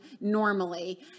normally